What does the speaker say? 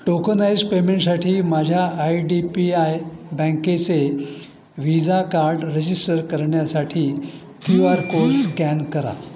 tokenised पेमेंटसाठी माझ्या I D P I बँकेचे व्हिजा कार्ड रजिस्टर करण्यासाठी क्यू आर कोड स्कॅन करा